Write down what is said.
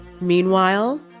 Meanwhile